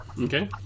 Okay